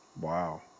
Wow